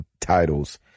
titles